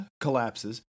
collapses